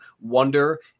wonder